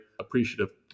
appreciative